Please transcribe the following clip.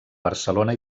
barcelona